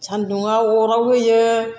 सानदुङाव अराव होयो